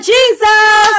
Jesus